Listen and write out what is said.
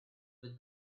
with